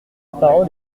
parole